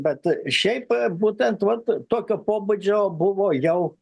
bet bet šiaip būtent vat tokio pobūdžio buvo jau